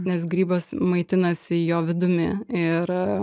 nes grybas maitinasi jo vidumi ir